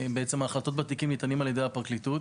ההחלטות בתיקים ניתנות על ידי הפרקליטות